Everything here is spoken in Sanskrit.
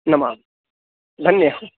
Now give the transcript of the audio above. नमामि धन्यः